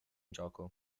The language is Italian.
gioco